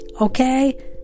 okay